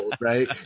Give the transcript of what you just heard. Right